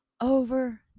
over